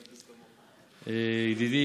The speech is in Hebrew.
ידידי,